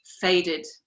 faded